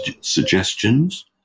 suggestions